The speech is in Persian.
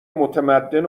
متمدن